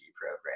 program